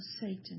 Satan